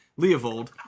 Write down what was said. Leovold